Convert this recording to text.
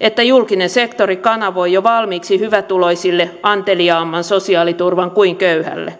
että julkinen sektori kanavoi jo valmiiksi hyvätuloisille anteliaamman sosiaaliturvan kuin köyhälle